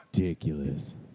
ridiculous